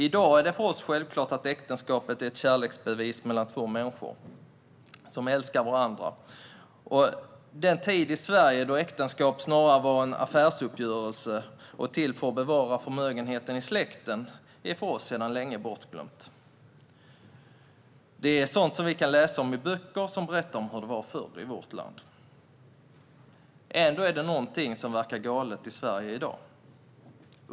I dag är det för oss självklart att äktenskapet är ett kärleksbevis mellan två människor som älskar varandra. Den tid i Sverige då äktenskapet snarare var en affärsuppgörelse och till för att bevara förmögenheten i släkten är för oss sedan länge bortglömd. Det är sådant som vi kan läsa om i böcker som berättar om hur det var förr i vårt land. Ändå är det någonting som verkar vara galet i Sverige i dag.